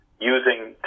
using